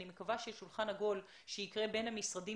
אני מקווה שיהיה שולחן עגול בין המשרדים